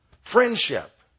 friendship